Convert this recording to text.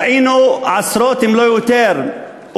ראינו עשרות אם לא יותר אוהלים